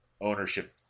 ownership